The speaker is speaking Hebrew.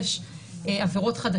של חמש או שש עבירות חדשות,